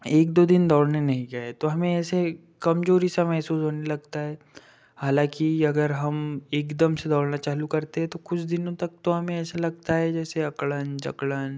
एक दो दिन दौड़ने नहीं गए तो हमें ऐसे ही कमजोरी सा मेहसूस होने लगता है हालाँकि अगर हम एकदम से दौड़ना चालू करते हैं तो कुछ दिनों तक तो हमें ऐसा लगता है जैसे अकड़न जकड़न